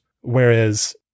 whereas